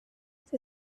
the